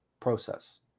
process